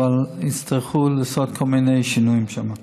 אבל יצטרכו לעשות כל מיני שינויים שם.